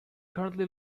currently